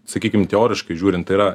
sakykim teoriškai žiūrint tai yra